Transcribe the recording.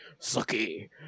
Sucky